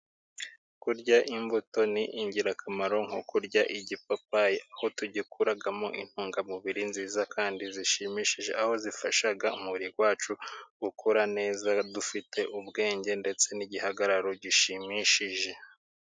Kurya imbuto ni ingirakamaro, nko kurya igipapayi aho tugikuramo intungamubiri nziza kandi zishimishije, aho zifasha umubiri wacu gukura neza dufite ubwenge ndetse n'igihagararo gishimishije.